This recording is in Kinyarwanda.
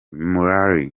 murray